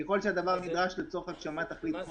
ככל שהדבר נדרש לצורך הגשמת תכלית חוק